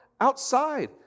outside